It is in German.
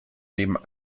neben